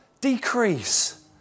decrease